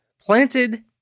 planted